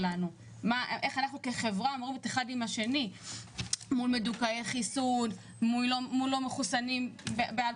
איך אנחנו כחברה עומדים מול מדוכאי חיסון, לא בגלל